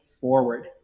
forward